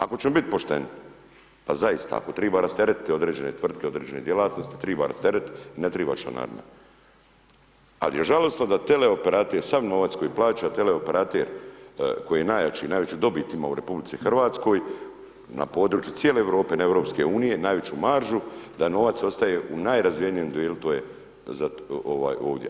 Ako ćemo bit pošteni, pa zaista ako triba rastereti određene tvrtke, određene djelatnosti, triba rasteret ne triba članarina, ali je žalosno da teleoperater sav novac koji plaća teleoperater koji je najjači, najveću dobiti ima u RH na području cijele Europe, ne EU najveću maržu da novac ostaje u najrazvijenijem dijelu to je ovaj ovdje.